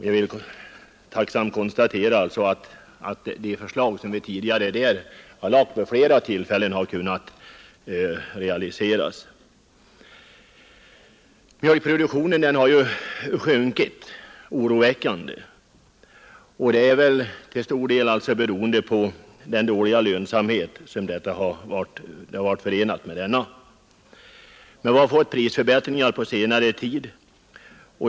Jag konstaterar alltså med tacksamhet att de förslag som vi tidigare vid flera tillfällen lagt nu har kunnat realiseras. Mjölkproduktionen har ju sjunkit oroväckande. Det beror väl till stor del på dess dåliga lönsamhet. Vi har emellertid fått prisförbättringar på senare tid.